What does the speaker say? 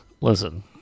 Listen